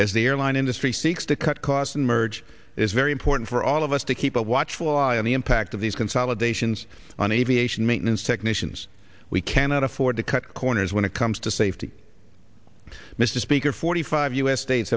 as the airline industry seeks to cut costs and merge is very important for all of us to keep a watchful eye on the impact of these consolidations on aviation maintenance technicians we cannot afford to cut corners when it comes to safety mr speaker forty five us states